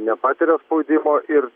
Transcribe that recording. nepatiria spaudimo ir